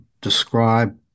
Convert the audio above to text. describe